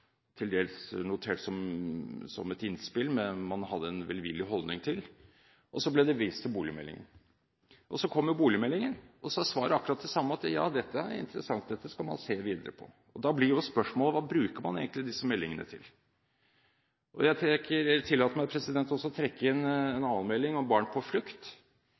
til dels som et innspill som man hadde en velvillig holdning til – og så ble det vist til boligmeldingen. Og så kom jo boligmeldingen, og svaret er akkurat det samme, at dette er interessant, dette skal man se videre på. Da blir jo spørsmålet: Hva bruker man egentlig disse meldingene til? Jeg tillater meg også å trekke inn en annen melding, Barn på flukt,